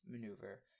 maneuver